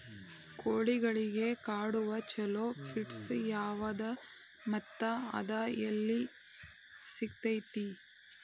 ಕೋಳಿಗಳಿಗೆ ಕೊಡುವ ಛಲೋ ಪಿಡ್ಸ್ ಯಾವದ ಮತ್ತ ಅದ ಎಲ್ಲಿ ಸಿಗತೇತಿ?